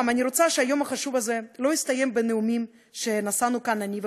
אני רוצה שהיום החשוב הזה לא יסתיים בנאומים שנשאנו כאן אני וחברי.